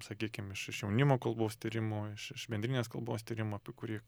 sakykim iš iš jaunimo kalbos tyrimų iš bendrinės kalbos tyrimų apie kurį